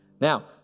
Now